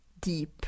deep